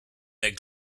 that